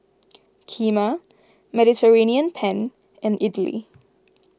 Kheema Mediterranean Penne and Idili